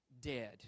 dead